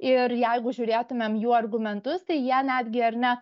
ir jeigu žiūrėtumėm jų argumentus tai jie netgi ar ne